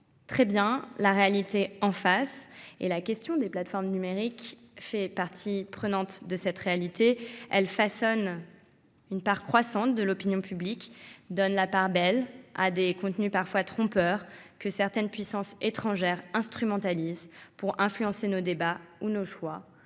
donc la réalité en face. La question des plateformes numériques est partie prenante de cette réalité. Elle façonne de plus en plus l’opinion publique et fait la part belle à des contenus parfois trompeurs, que certaines puissances étrangères instrumentalisent pour influencer nos débats ou nos choix,